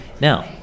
Now